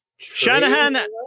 Shanahan